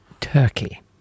Turkey